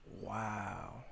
Wow